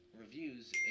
reviews